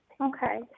Okay